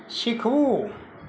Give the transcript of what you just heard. શીખવું